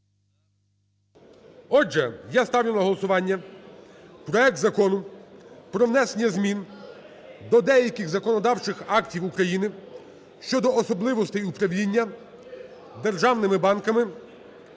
Отже, я ставлю на голосування проект Закону про внесення змін до деяких законодавчих актів України щодо особливостей управління державними банками